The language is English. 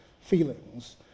feelings